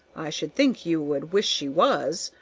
i should think you would wish she was.